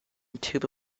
tuba